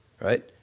Right